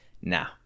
now